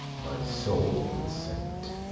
my soul, consent!